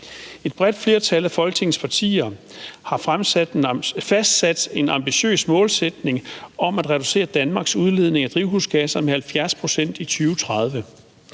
Et bredt flertal af Folketingets partier har fastsat en ambitiøs målsætning om at reducere Danmarks udledning af drivhusgasser med 70 pct. i 2030.